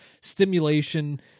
stimulation